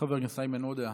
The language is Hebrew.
חבר הכנסת איימן עודה,